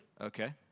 Okay